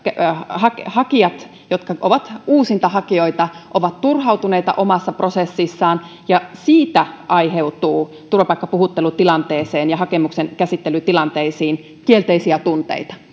hakijat hakijat jotka ovat uusintahakijoita ovat turhautuneita omassa prosessissaan ja siitä aiheutuu turvapaikkapuhuttelutilanteeseen ja hakemuksen käsittelytilanteisiin kielteisiä tunteita